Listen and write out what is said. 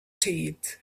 teeth